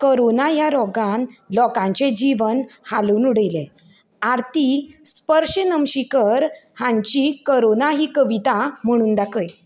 corona ह्या रोगान लोकांचें जिवन हालोवन उडयलें आरती स्पर्श नमशीकर हांची करोना ही कविता म्हणून दाखय